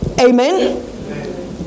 Amen